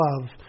love